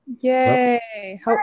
Yay